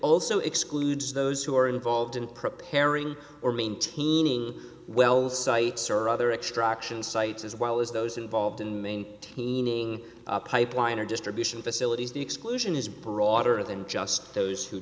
also excludes those who are involved in preparing or maintaining wells sites or other extraction sites as well as those involved in maintaining a pipeline or distribution facilities the exclusion is broader than just those who